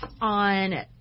on